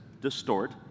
distort